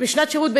שנת שירות.